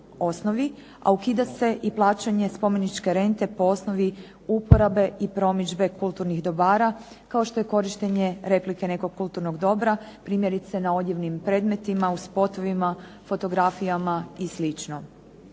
a ukida se i plaćanje spomeničke rente po osnovi uporabe i promidžbe kulturnih dobara kao što je korištenje replike nekog kulturnog dobra, primjerice na odjevnim predmetima, u spotovima, fotografijama i